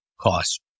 cost